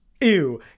ew